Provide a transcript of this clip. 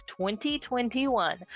2021